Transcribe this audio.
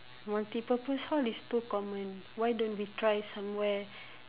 multi purpose hall is too common why don't we try somewhere